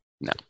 No